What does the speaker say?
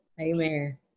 Amen